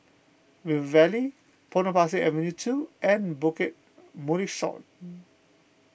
River Valley Potong Pasir Avenue two and Bukit Mugliston